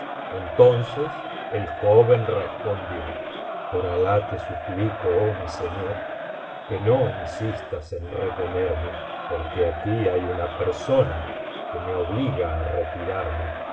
entonces el joven respondió por alah te su biblioteca valenciana generalitat valenciana historia del jorobado plíco oh mi señor que no insistas en retenerme porque hay aqui una persona que me obliga á retirarme